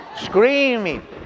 Screaming